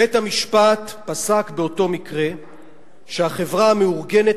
בית-המשפט פסק באותו מקרה שהחברה המאורגנת